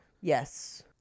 Yes